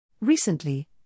Recently